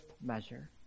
measure